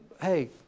hey